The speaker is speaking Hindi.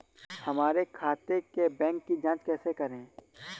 हमारे खाते के बैंक की जाँच कैसे करें?